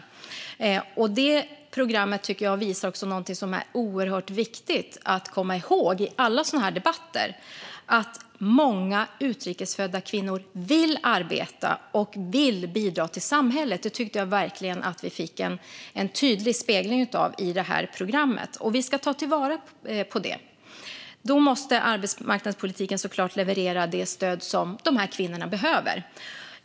Jag tycker att programmet också visar någonting som är oerhört viktigt att komma ihåg i alla sådana här debatter: Många utrikes födda kvinnor vill arbeta och vill bidra till samhället. Jag tyckte verkligen att vi fick en tydlig spegling av det i programmet. Vi ska ta vara på detta, och då måste arbetsmarknadspolitiken såklart leverera det stöd som de här kvinnorna behöver.